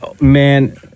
man